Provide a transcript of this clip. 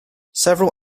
several